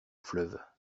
fleuve